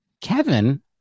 Kevin